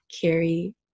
carry